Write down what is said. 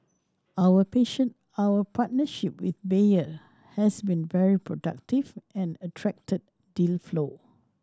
our patient our partnership with Bayer has been very productive and attracted deal flow